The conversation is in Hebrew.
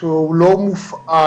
שהוא לא מופעל,